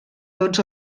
tots